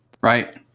Right